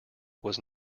was